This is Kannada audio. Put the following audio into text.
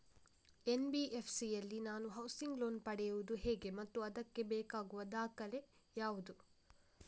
ಎನ್.ಬಿ.ಎಫ್.ಸಿ ಯಲ್ಲಿ ನಾನು ಹೌಸಿಂಗ್ ಲೋನ್ ಪಡೆಯುದು ಹೇಗೆ ಮತ್ತು ಅದಕ್ಕೆ ಬೇಕಾಗುವ ದಾಖಲೆ ಯಾವುದು?